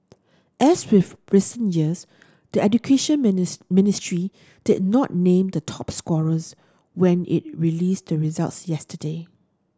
as with recent years the Education Ministry did not name the top scorers when it released the results yesterday